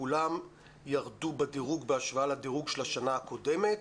כולן ירדו בדירוג בהשוואה לדירוג של השנה הקודמת.